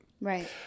Right